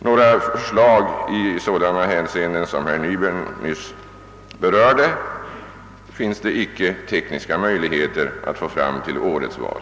Några förslag i de hänseenden som herr Nyberg nyss berörde finns det icke tekniska möjligheter att få fram till årets val.